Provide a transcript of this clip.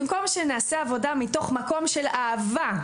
במקום שנעשה עבודה מתוך מקום של אהבה,